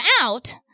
out